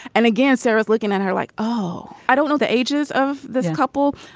and again sarah's looking at her like oh i don't know the ages of this couple.